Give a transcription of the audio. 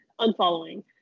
unfollowing